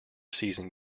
season